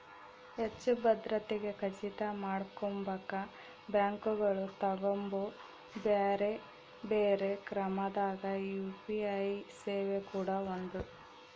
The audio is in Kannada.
ಹೆಚ್ಚು ಭದ್ರತೆಗೆ ಖಚಿತ ಮಾಡಕೊಂಬಕ ಬ್ಯಾಂಕುಗಳು ತಗಂಬೊ ಬ್ಯೆರೆ ಬ್ಯೆರೆ ಕ್ರಮದಾಗ ಯು.ಪಿ.ಐ ಸೇವೆ ಕೂಡ ಒಂದು